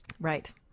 Right